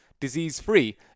disease-free